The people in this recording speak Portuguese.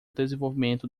desenvolvimento